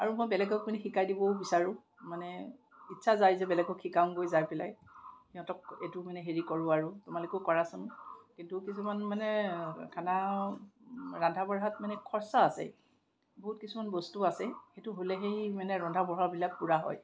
আৰু মই বেলেগকো নি শিকাই দিবও বিচাৰোঁ মানে ইচ্ছা যায় যে বেলেগক শিকামগৈ যাই পেলাই সিহঁতক এইটো মানে হেৰি কৰোঁ আৰু তোমালোকেও কৰাচোন কিন্তু কিছুমান মানে খানা ৰান্ধা বঢ়াত মানে খৰচা আছে বহুত কিছুমান বস্তু আছে সেইটো হ'লেহে এই মানে ৰান্ধা বঢ়াবিলাক পূৰা হয়